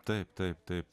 taip taip taip